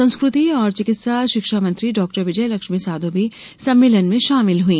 संस्कृति और चिकित्सा शिक्षा मंत्री डॉ विजय लक्ष्मी साधौ भी सम्मेलन में शामिल हुई